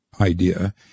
idea